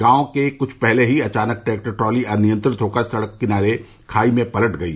गांव के कुछ पहले ही अचानक ट्रैक्टर ट्राली अनियंत्रित होकर सड़क किनारे खाई में पलट गई